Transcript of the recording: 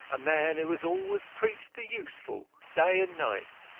a man who has always preached the useful day and night,